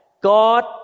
God